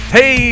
Hey